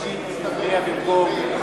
שטרית הצביע במקום חמד עמאר,